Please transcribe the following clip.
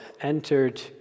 entered